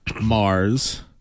Mars